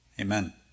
Amen